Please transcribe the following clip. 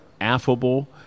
affable